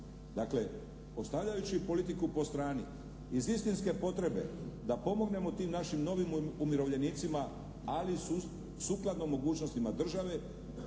dakle ostavljajući politiku po strani, iz istinske potrebe da pomognemo tim našim novim umirovljenicima, ali sukladno mogućnostima države.